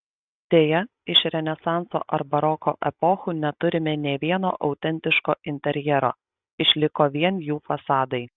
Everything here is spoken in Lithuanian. deja iš renesanso ar baroko epochų neturime nė vieno autentiško interjero išliko vien jų fasadai